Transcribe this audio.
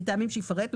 מטעמים שיפרט,